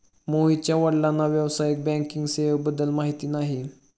मोहितच्या वडिलांना व्यावसायिक बँकिंग सेवेबद्दल माहिती नाही